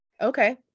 Okay